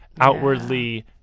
outwardly